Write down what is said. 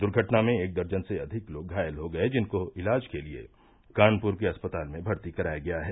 दर्घटना में एक दर्जन से अधिक लोग घायल हो गये जिनको इलाज के लिये कानपुर के अस्पताल में भर्ती कराया गया है